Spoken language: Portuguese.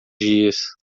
dias